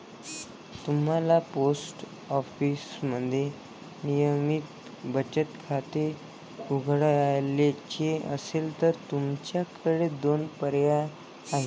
तुम्हाला पोस्ट ऑफिसमध्ये नियमित बचत खाते उघडायचे असेल तर तुमच्याकडे दोन पर्याय आहेत